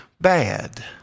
bad